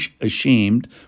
ashamed